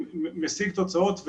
משיג תוצאות,